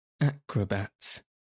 acrobats